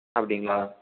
அப்படிங்களா